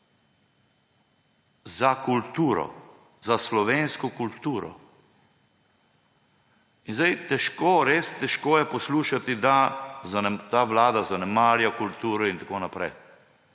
za kulturo, za slovensko kulturo. Res težko je poslušati, da vlada zanemarja kulturo in tako naprej.